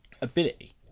ability